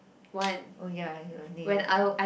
oh ya you will need it